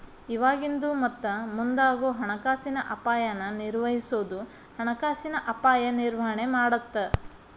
ಇವಾಗಿಂದು ಮತ್ತ ಮುಂದಾಗೋ ಹಣಕಾಸಿನ ಅಪಾಯನ ನಿರ್ವಹಿಸೋದು ಹಣಕಾಸಿನ ಅಪಾಯ ನಿರ್ವಹಣೆ ಮಾಡತ್ತ